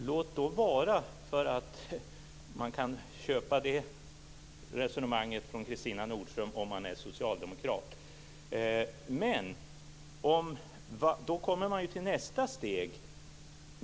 Herr talman! Låt vara att man kan köpa det resonemanget från Kristina Nordström om man är socialdemokrat. Då kommer man till nästa steg.